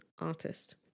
artist